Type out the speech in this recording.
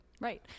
Right